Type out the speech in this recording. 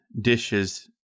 dishes